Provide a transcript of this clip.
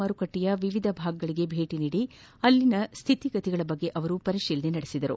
ಮಾರುಕಟ್ಟೆಯ ವಿವಿಧ ಭಾಗಗಳಿಗೆ ಭೇಟಿ ನೀಡಿ ಅಲ್ಲಿನ ಸ್ಥಿತಿಗತಿಗಳ ಬಗ್ಗೆ ಅವರು ಪರಿಶೀಲನೆ ನಡೆಸಿದರು